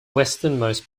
westernmost